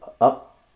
up